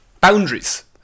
boundaries